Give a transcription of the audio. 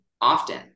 Often